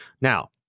Now